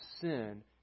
sin